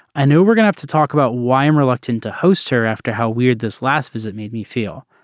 i know we're gonna have to talk about why i'm reluctant to host her after how weird this last visit made me feel.